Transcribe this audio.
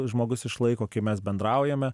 žmogus išlaiko kai mes bendraujame